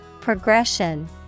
Progression